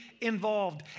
involved